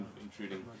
intruding